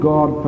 God